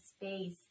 space